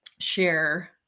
share